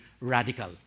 radical